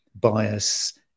bias